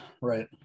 Right